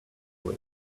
way